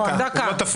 דקה, כן.